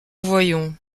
voyons